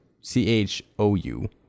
C-H-O-U